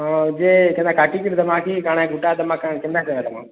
ହଁ ଯେ କେନ୍ତା କାଟି କିରି ଦେମା କି କାଣା ଗୁଟା ଦେମା କାଏଁ କେନ୍ତା କାଣା ଦେମା